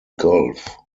gulf